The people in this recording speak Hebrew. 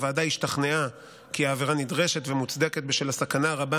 הוועדה השתכנעה כי העבירה נדרשת ומוצדקת בשל הסכנה הרבה